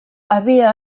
havia